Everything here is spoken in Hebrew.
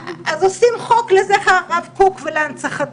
אז עושים חוק לזכר הרב קוק והנצחתו.